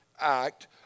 act